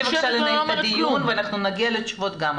תני לי בבקשה לנהל את הדיון ואנחנו נגיע לתשובות גם,